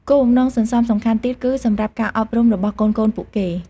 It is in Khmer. គោលបំណងសន្សំសំខាន់ទៀតគឺសម្រាប់ការអប់រំរបស់កូនៗពួកគេ។